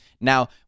Now